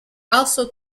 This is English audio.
also